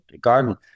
garden